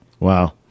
Wow